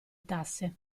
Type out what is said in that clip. tasse